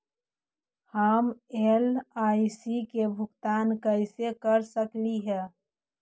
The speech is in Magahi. हम एल.आई.सी के भुगतान कैसे कर सकली हे?